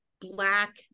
black